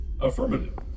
Affirmative